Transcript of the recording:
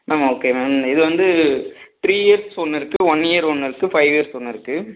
ma'am okay ma'am இது வந்து three years ஒன்று இருக்கு ஒன் இயர் ஒன்று இருக்கு ஃபைவ் இயர்ஸ் ஒன்று இருக்கு